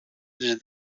τις